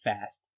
fast